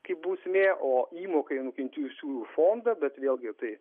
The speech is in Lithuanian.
kaip bausmė o įmoka į nukentėjusiųjų fondą bet vėlgi tai